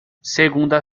segunda